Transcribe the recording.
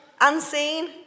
unseen